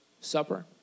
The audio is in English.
supper